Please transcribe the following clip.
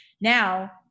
Now